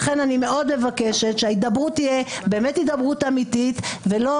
לכן אני מאוד מבקשת שההידברות תהיה הידברות אמיתית ולא